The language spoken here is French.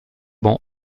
bon